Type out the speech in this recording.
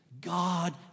God